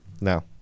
No